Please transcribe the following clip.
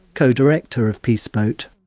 co-director of peace boat.